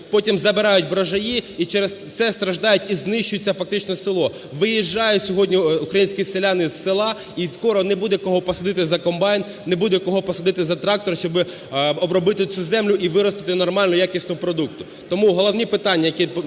потім забирають врожаї і через це страждають, і знищується фактично село. Виїжджають сьогодні українські селяни з села, і скоро не буде кого посадити за комбайн, не буде кого посадити за трактор, щоби обробити цю землю і виростити нормальну якісну продукцію. Тому головні питання, на